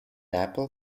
apple